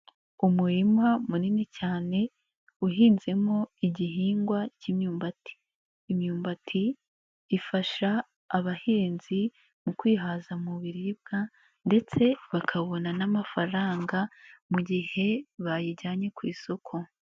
Umurima munini cyane uhinzemo igihingwa k'imyumbati, imyumbati ifasha abahinzi mu kwihaza mu biribwa ndetse bakabona n'amafaranga mu gihe bayijyanye ku isoko.